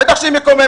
בטח שהיא מקוממת.